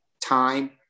time